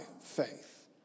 faith